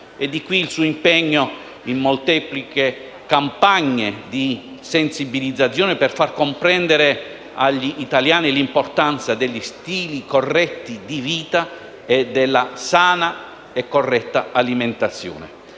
deriva il suo impegno in molteplici campagne di sensibilizzazione per far comprendere agli italiani l'importanza degli stili di vita corretti e della sana e corretta alimentazione.